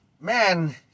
man